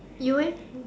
you eh